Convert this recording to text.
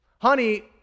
honey